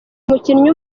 umukinnyi